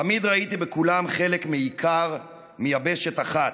תמיד ראיתי בכולם חלק מעיקר, מיבשת אחת.